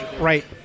right